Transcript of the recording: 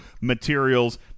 materials